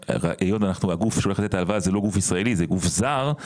היות ואנחנו הגוף שהולך להיות הוא לא גוף ישראלי אלא זה גוף זר,